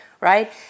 right